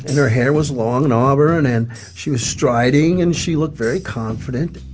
her hair was long and auburn. and she was striding. and she looked very confident